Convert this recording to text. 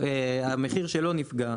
המחיר שלו נפגע,